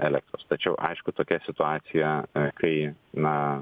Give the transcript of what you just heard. elektros tačiau aišku tokia situacija kai na